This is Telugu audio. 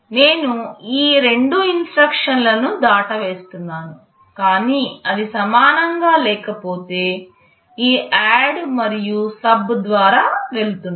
నేను ఈ రెండు ఇన్స్ట్రక్షన్ లను దాటవేస్తున్నాను కానీ అది సమానంగా లేకపోతే ఈ ADD మరియు SUB ద్వారా వెళుతున్నాను